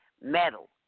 metal